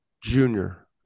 Junior